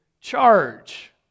charge